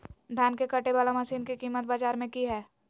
धान के कटे बाला मसीन के कीमत बाजार में की हाय?